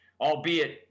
albeit